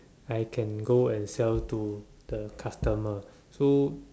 I'm can go and sell to the customer so